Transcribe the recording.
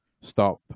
stop